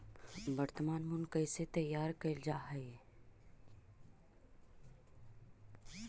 वर्तनमान मूल्य कइसे तैयार कैल जा हइ?